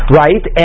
right